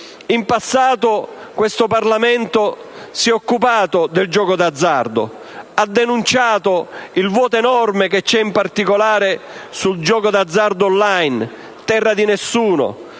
In passato questo Parlamento si è occupato del gioco d'azzardo, ha denunciato il vuoto enorme che c'è, in particolare sul gioco d'azzardo *online*, terra di nessuno,